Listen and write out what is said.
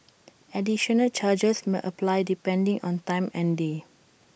additional charges may apply depending on time and day